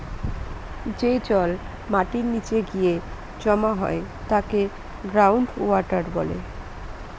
যে জল মাটির নীচে গিয়ে জমা হয় তাকে গ্রাউন্ড ওয়াটার বলে